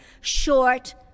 short